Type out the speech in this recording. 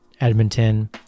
Edmonton